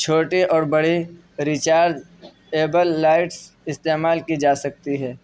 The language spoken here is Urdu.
چھوٹی اور بڑی ریچارج ایبل لائٹس استعمال کی جا سکتی ہے